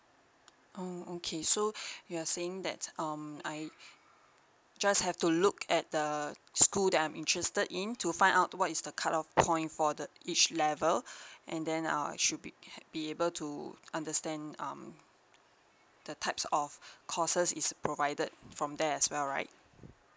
oo okay so you're saying that um I just have to look at the school that I'm interested in to find out what is the cut off point for the each level and then err I should be be able to understand um the types of courses is provided from there as well right